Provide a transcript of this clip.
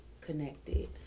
connected